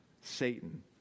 Satan